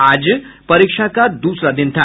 आज परीक्षा का दूसरा दिन था